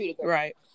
right